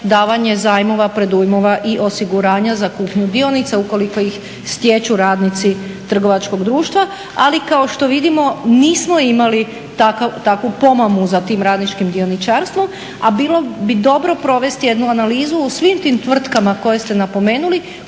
davanja zajmova, predujmova i osiguranja za kupnju dionica ukoliko ih stječu radnici trgovačkog društva. Ali kao što vidimo nismo imali takvu pomamu za tim radničkim dioničarstvom, a bilo bi dobro provesti jednu analizu u svim tim tvrtkama koje ste napomenuli